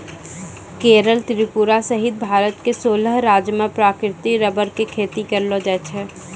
केरल त्रिपुरा सहित भारत के सोलह राज्य मॅ प्राकृतिक रबर के खेती करलो जाय छै